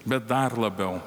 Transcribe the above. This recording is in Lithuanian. bet dar labiau